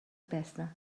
байсан